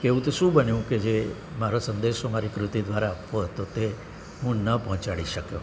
કે એવું તો શું બન્યું કે જે મારો સંદેશો મારી કૃતિ દ્વારા આપવો હતો તે હું ન પહોંચાડી શક્યો